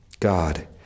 God